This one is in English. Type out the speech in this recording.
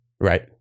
Right